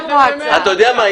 חמישי.